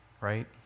right